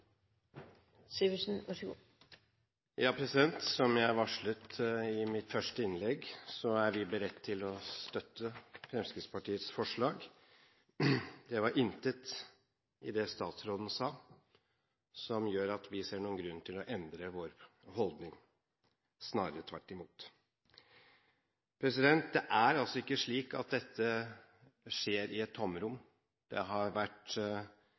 Fremskrittspartiets forslag. Det var intet i det statsråden sa, som gjør at vi ser noen grunn til å endre vår holdning, snarere tvert imot. Det er altså ikke slik at dette skjer i et tomrom. Dette har vært